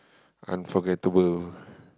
unforgettable